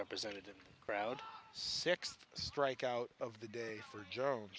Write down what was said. representative crowd six strikeout of the day